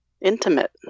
intimate